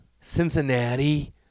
Cincinnati